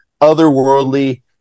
otherworldly